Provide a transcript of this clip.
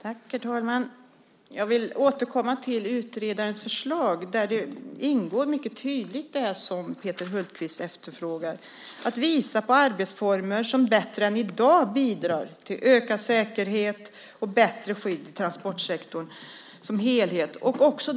Herr talman! Jag vill återkomma till utredarens uppdrag där det som Peter Hultqvist efterfrågar mycket tydligt ingår. Det handlar om att visa på arbetsformer som bättre än i dag bidrar till ökad säkerhet och bättre skydd i transportsektorn som helhet.